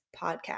podcast